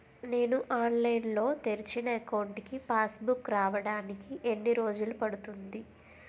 నేను ఆన్లైన్ లో తెరిచిన అకౌంట్ కి పాస్ బుక్ రావడానికి ఎన్ని రోజులు పడుతుంది?